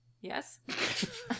Yes